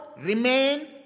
remain